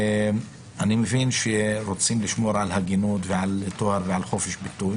אני מבין שרוצים לשמור על הגינות ועל טוהר ועל חופש ביטוי